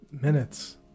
minutes